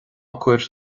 cuir